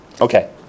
Okay